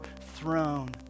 throne